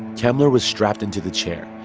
kemmler was strapped into the chair.